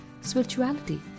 spirituality